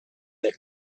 that